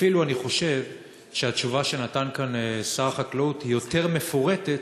אפילו אני חושב שהתשובה שנתן כאן שר החקלאות היא יותר מפורטת